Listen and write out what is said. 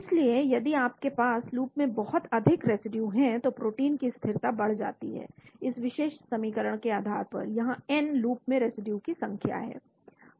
इसलिए यदि आपके पास लूप में बहुत अधिक रेसिड्यू हैं तो प्रोटीन की स्थिरता बढ़ जाती है इस विशेष समीकरण के आधार पर यहां n लूप में रेसिड्यू की संख्या है